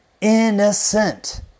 Innocent